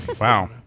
Wow